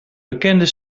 bekende